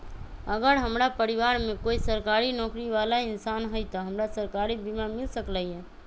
अगर हमरा परिवार में कोई सरकारी नौकरी बाला इंसान हई त हमरा सरकारी बीमा मिल सकलई ह?